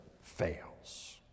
fails